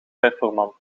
performant